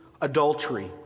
adultery